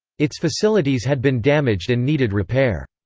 its facilities had been damaged and needed repair.